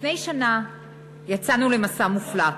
לפני שנה יצאנו למסע מופלא,